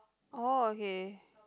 oh okay